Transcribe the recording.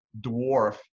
dwarf